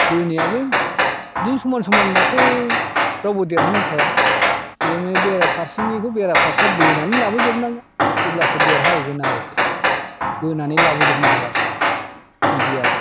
बोनायाबो बिदिनो समान समानबाथ' रावबो देरहानाय थाया बे बेराफारसेनिखौ बेराफारसेया बोनानै लाबोजोबनांगोन अब्लासो देरहाहैगोन आरो बे बोनानै लाबोजोबनो हाबासो बिदि आरो